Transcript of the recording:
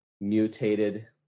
mutated